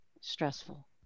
stressful